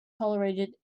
tolerated